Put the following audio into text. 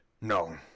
No